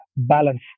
balance